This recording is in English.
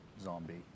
zombie